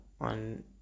on